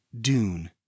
Dune